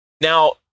Now